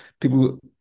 people